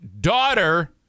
daughter